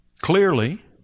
clearly